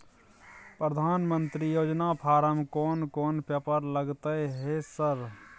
प्रधानमंत्री योजना फारम कोन कोन पेपर लगतै है सर?